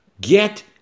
get